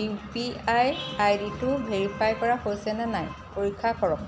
U P I I ডিটো verify কৰা হৈছেনে নাই পৰীক্ষা কৰক